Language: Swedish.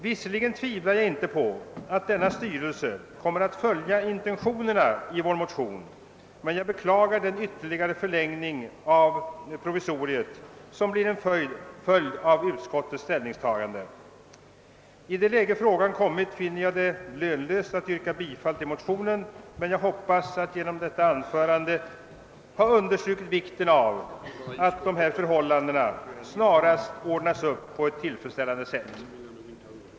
Visserligen tvivlar jag inte på att denna styrelse kommer att följa intentionerna i vår motion, men jag beklagar den ytterligare förlängning av provisoriet som blir en följd av utskottets ställningstagande. I det läge frågan kommit finner jag det lönlöst att yrka bifall till motionen, men jag hoppas att genom detta anförande ha understrukit vikten av att dessa förhållanden snarast ordnas upp På ett tillfredsställande sätt.